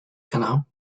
canal